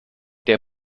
der